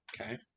Okay